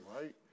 right